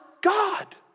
God